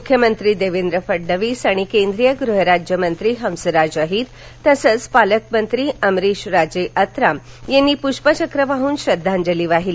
मुख्यमंत्री देवेंद्र फडणवीस आणि केंद्रीय गृह राज्यमंत्री हंसराज अहिर आणि पालक मंत्री अमरीश राजे अत्राम यांनी पुष्पचक्र वाहून श्रद्धांजली वाहिली